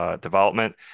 development